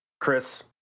Chris